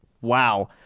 wow